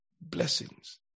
blessings